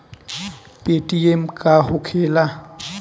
Paytm का होखेला?